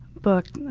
book.